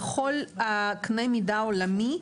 בכל הקנה מידה העולמי,